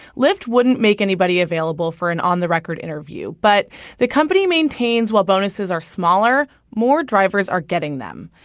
lyft wouldn't make anybody available for an on the record interview but the company maintains while bonuses are smaller, more drivers are getting them.